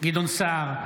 גדעון סער,